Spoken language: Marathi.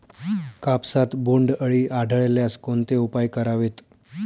कापसात बोंडअळी आढळल्यास कोणते उपाय करावेत?